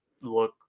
look